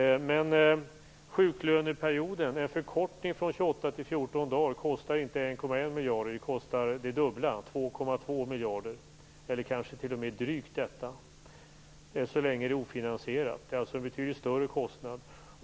dagar kostar inte 1,1 miljard utan det dubbla, 2,2 miljarder eller kanske t.o.m. drygt detta, så länge det är ofinansierat. Det är alltså en betydligt större kostnad.